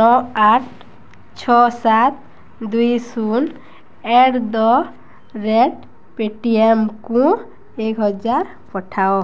ନଅ ଆଠ ଛଅ ସାତ ଦୁଇ ଶୂନ ଆଟ୍ ଦ ରେଟ୍ ପେଟିଏମ୍କୁ ଏକ ହଜାର ପଠାଅ